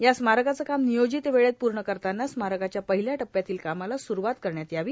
या स्मारकाचे काम नियोजित वेळेत पूर्ण करताना स्मारकाच्या पहिल्या टप्प्यातील कामाला सुरुवात करण्यात यावी